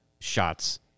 shots